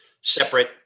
separate